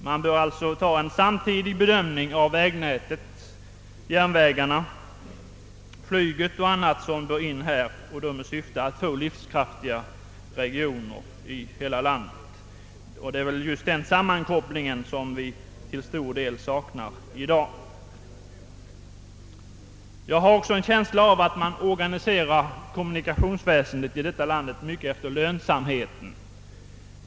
Man bör alltså göra en samtidig bedömning av vägnätet, järnvägarna, flyget o. s. v. i syfte att få livskraftiga regioner i hela landet. Det är just denna sammankoppling vi i stor utsträckning saknar i dag. Jag har också en känsla av att man organiserar kommunikationsväsendet i vårt land mycket efter lönsamhet.